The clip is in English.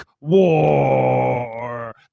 war